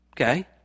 okay